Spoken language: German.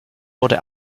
wurde